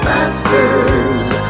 Masters